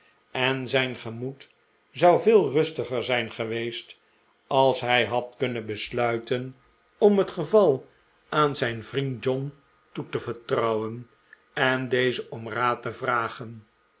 en zijn gemoed zou veel geruster zijn geweest als hij had kunnen besluiten om het geval aan zijn vriend john toe te vertrouwen en dezen om raad te vragen